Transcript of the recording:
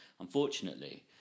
Unfortunately